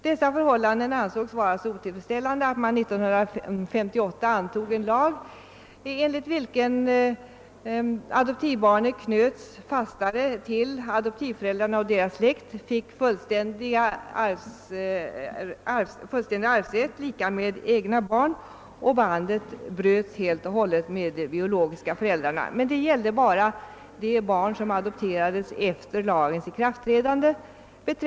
Dessa förhållanden ansågs så otillfredsställande, att man 1958 antog en lag enligt vilken adoptivbarnet knöts fastare till adoptivföräldrarna och deras släkt, fick fullständig arvsrätt i likhet med egna barn och bandet helt och hållet bröts med de biologiska föräldrarna. Men lagen gällde bara de barn som adopterades efter lagens ikraftträdande.